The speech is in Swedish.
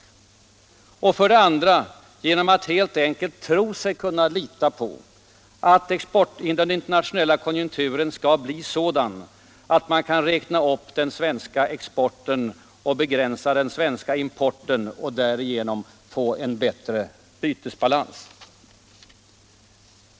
Receptet bestod för det andra i att helt enkelt tro sig kunna lita på att den internationella konjunkturen skall bli sådan att man kan räkna upp den svenska exporten och begränsa den svenska importen och därigenom få en bättre bytesbalans.